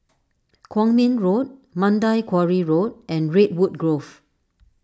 Kwong Min Road Mandai Quarry Road and Redwood Grove